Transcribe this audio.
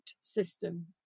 system